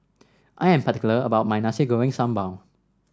I am particular about my Nasi Goreng Sambal